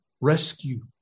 rescue